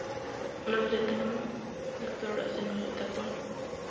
ᱚᱱᱟ ᱦᱚᱛᱮᱡ ᱛᱮᱦᱚᱸ ᱫᱟᱠᱛᱟᱨ ᱚᱲᱟᱜ ᱥᱮᱱᱚᱜ ᱦᱩᱭᱩᱜ ᱛᱟᱠᱚᱣᱟ